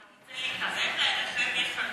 אתה רוצה להתערב להם איך הם יחלקו?